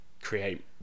create